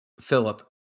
Philip